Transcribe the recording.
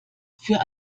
für